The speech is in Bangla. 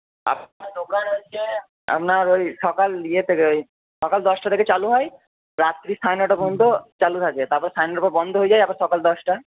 আমার দোকান হচ্ছে আপনার ওই সকাল ইয়ে থেকে ওই সকাল দশটা থেকে চালু হয় রাত্রি সাড়ে নটা পর্যন্ত চালু থাকে তারপর সাড়ে নটার পর বন্ধ হয়ে যায় আবার সকাল দশটা